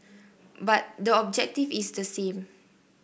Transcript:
but the objective is the same